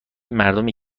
مردمی